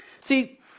See